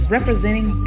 representing